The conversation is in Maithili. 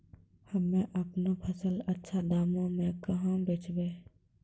हम्मे आपनौ फसल अच्छा दामों मे कहाँ बेचबै?